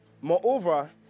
Moreover